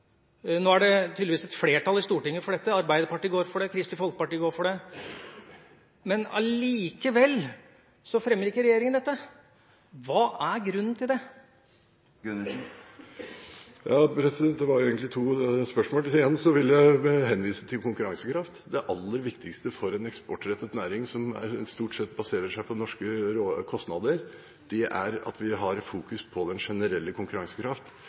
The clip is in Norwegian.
Nå er det tydeligvis et flertall i Stortinget for dette. Arbeiderpartiet går for det, Kristelig Folkeparti går for det, likevel fremmer ikke regjeringa dette. Hva er grunnen til det? Det var egentlig to spørsmål. Igjen vil jeg henvise til konkurransekraft – det aller viktigste for en eksportrettet næring som stort sett baserer seg på norske kostnader. At vi fokuserer på den generelle